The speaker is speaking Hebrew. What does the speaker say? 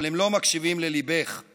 אבל הם לא מקשיבים לליבך /